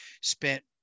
spent